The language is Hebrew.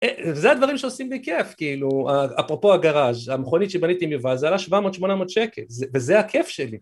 וזה הדברים שעושים לי כיף, כאילו, אפרופו הגראז' המכונית שבניתי מבאזה, היה לה 700-800 שקל, וזה הכיף שלי.